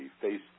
face